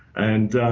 and